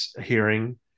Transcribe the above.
hearing